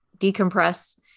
decompress